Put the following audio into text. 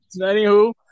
Anywho